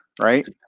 right